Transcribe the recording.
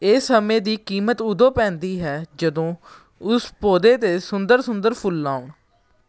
ਇਹ ਸਮੇਂ ਦੀ ਕੀਮਤ ਉਦੋਂ ਪੈਂਦੀ ਹੈ ਜਦੋਂ ਉਸ ਪੌਦੇ 'ਤੇ ਸੁੰਦਰ ਸੁੰਦਰ ਫੁੱਲ ਆਉਣ